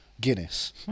Guinness